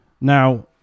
Now